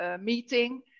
meeting